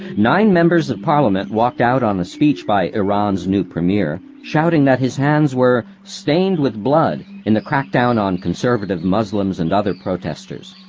nine members of parliament walked out on a speech by iran's new premier, shouting that his hands were stained with blood in the crackdown on conservative moslems and other protesters.